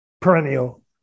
perennial